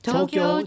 Tokyo